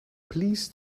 please